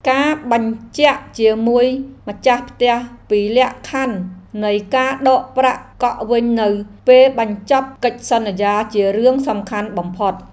ការបញ្ជាក់ជាមួយម្ចាស់ផ្ទះពីលក្ខខណ្ឌនៃការដកប្រាក់កក់វិញនៅពេលបញ្ចប់កិច្ចសន្យាជារឿងសំខាន់បំផុត។